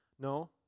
No